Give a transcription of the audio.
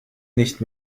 nicht